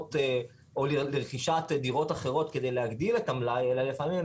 לכסות או לרכישת דירות אחרות כדי להגדיל את המלאי אלא לפעמים הם